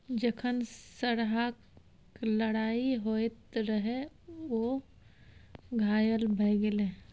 जखन सरहाक लड़ाइ होइत रहय ओ घायल भए गेलै